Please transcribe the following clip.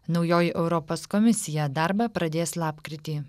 naujoji europos komisija darbą pradės lapkritį